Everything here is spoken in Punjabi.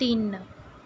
ਤਿੰਨ